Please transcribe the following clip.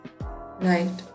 Right